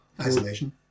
Isolation